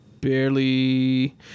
Barely